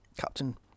Captain